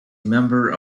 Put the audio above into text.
member